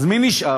אז מי נשאר?